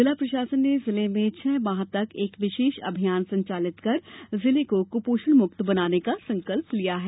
जिला प्रशासन ने जिले में छह माह तक एक विशेष अभियान संचालित कर जिले को कुपोषण मुक्त बनाने का संकल्प लिया है